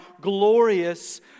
glorious